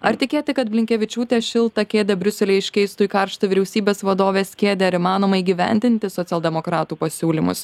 ar tikėti kad blinkevičiūtė šiltą kėdę briuselyje iškeistų į karštą vyriausybės vadovės kėdę ar įmanoma įgyvendinti socialdemokratų pasiūlymus